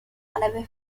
غلبه